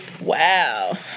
Wow